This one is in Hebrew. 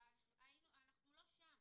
אנחנו לא שם.